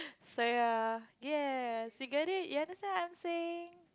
so ya ya you get it you understand I'm saying